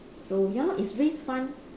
so ya lor is raise fund